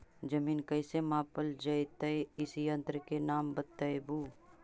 जमीन कैसे मापल जयतय इस यन्त्र के नाम बतयबु?